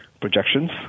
projections